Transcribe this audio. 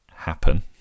happen